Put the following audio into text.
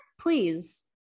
please